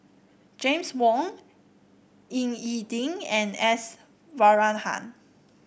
James Wong Ying E Ding and S Varathan